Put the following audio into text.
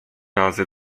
razy